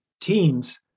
teams